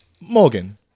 Morgan